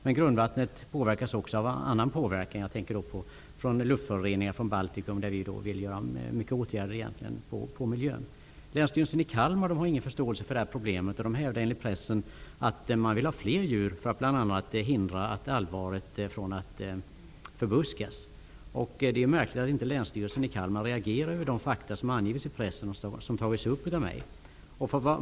Men grundvattnet påverkas också av annat, exempelvis luftföroreningar från Baltikum, där Ny demokrati vill åtgärda mycket vad gäller miljön. Länsstyrelsen i Kalmar har ingen förståelse för detta problem och hävdar, enligt pressen, att man vill ha fler djur för att bl.a. förhindra Allvaret från att förbuskas. Det är märkligt att Länsstyrelsen i Kalmar inte reagerar på de fakta som angivits i pressen och som har tagits upp av mig.